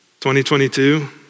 2022